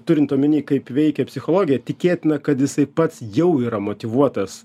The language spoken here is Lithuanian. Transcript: turint omeny kaip veikia psichologija tikėtina kad jisai pats jau yra motyvuotas